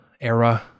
era